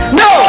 no